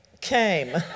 came